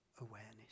awareness